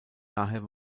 daher